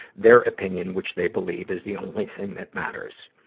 their opinion which they believe is the only thing that matters.